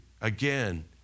Again